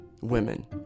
Women